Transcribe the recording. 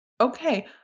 Okay